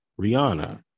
Rihanna